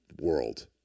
world